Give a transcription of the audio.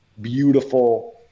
beautiful